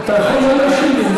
אתה יכול לא להשיב.